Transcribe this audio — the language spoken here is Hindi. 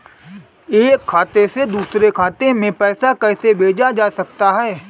एक खाते से दूसरे खाते में पैसा कैसे भेजा जा सकता है?